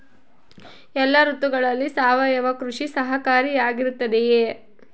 ಎಲ್ಲ ಋತುಗಳಲ್ಲಿ ಸಾವಯವ ಕೃಷಿ ಸಹಕಾರಿಯಾಗಿರುತ್ತದೆಯೇ?